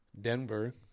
Denver